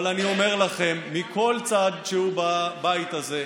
אבל אני אומר לכם, בכל צד בבית הזה: